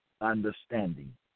understanding